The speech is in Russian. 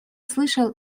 слышал